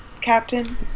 captain